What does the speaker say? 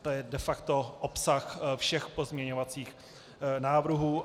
To je de facto obsah všech pozměňovacích návrhů.